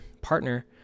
partner